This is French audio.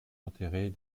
enterrée